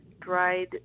dried